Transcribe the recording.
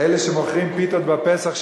אלה שמוכרים פיתות בפסח,